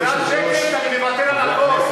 תמורת שקט אני מוותר על הכול.